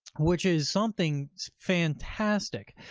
which is something fantastic.